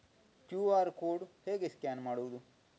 QR code ಹೇಗೆ scan ಮಾಡುವುದು?